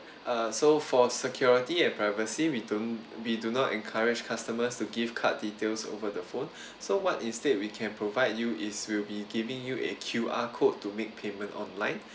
uh so for security and privacy we don't we do not encourage customers to give card details over the phone so what instead we can provide you is we'll be giving you a Q_R code to make payment online